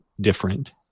different